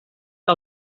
que